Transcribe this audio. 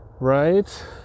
right